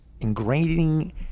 ingraining